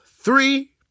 three